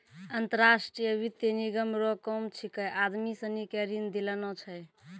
अंतर्राष्ट्रीय वित्त निगम रो काम छिकै आदमी सनी के ऋण दिलाना छै